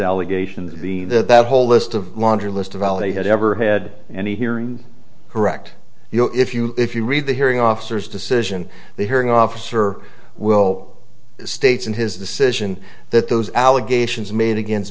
allegations the that that whole list of a laundry list of all they had ever had any hearing correct you know if you if you read the hearing officers decision the hearing officer will states in his decision that those allegations made against